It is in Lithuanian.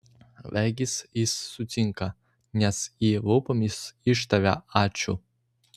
regis jis sutinka nes ji lūpomis ištaria ačiū